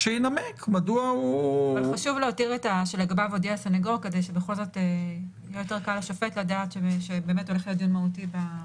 אמרתי, הדיון הראשון המהותי.